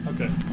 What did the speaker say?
Okay